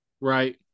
right